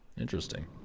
interesting